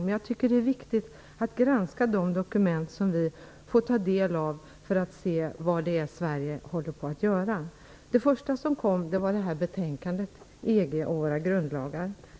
Jag tycker det är viktigt att granska de dokument som vi får ta del av, för att se vad Sverige håller på att göra. Det första som kom var betänkandet EG och våra grundlagar.